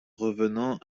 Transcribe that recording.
revenant